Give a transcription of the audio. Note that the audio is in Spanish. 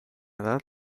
edad